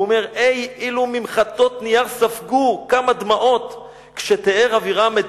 הוא אומר: אי-אלו ממחטות נייר ספגו כמה דמעות כשתיאר אבירם את